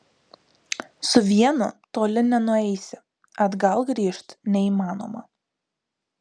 su vienu toli nenueisi atgal grįžt neįmanoma